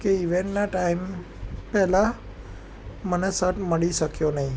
કે ઈવેન્ટના ટાઈમ પહેલાં મને સટ મળી શક્યો નહીં